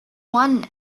one